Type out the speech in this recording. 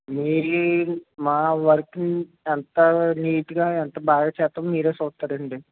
మీరు మా వర్క్ ని ఎంత నీటుగా ఎంత బాగా చేస్తామో మీరే చూస్తారండి